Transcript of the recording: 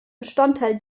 bestandteil